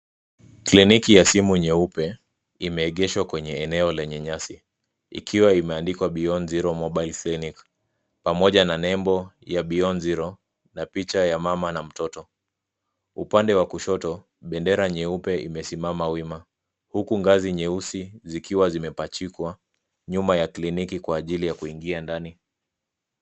Kliniki ya simu nyeupe imeegeshwa kwenye eneo lenye nyasi ikiwa imeandikwa Beyond Zero Mobile Clinic , pamoja na nembo ya Beyond Zero na picha ya mama na mtoto. Upande wa kushoto, bendera ya nyeupe imesimama wima huku ngazi nyeusi zikiwa zimepachikwa nyuma ya kliniki kwa ajili ya kuingia ndani.